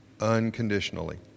unconditionally